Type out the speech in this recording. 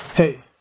Hey